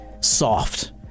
soft